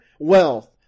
Wealth